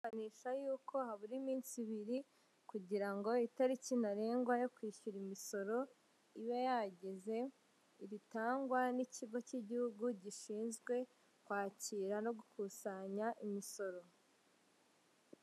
Kumenyekanisha yuko habura iminsi ibiri kugira ngo itariki ntarengwa yo kwishyura imisoro ibe yageze, ritangwa n'ikigo cy'igihugu gishinzwe kwakira no gukusanya imisoro.